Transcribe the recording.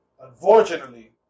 unfortunately